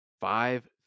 Five